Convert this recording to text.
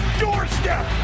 doorstep